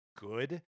good